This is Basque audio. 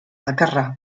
bakarra